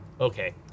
okay